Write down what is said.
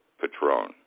Patron